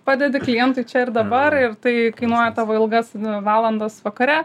padedi klientui čia ir dabar ir tai kainuoja tavo ilgas valandas vakare